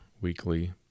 weekly